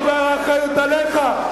האחריות עליך.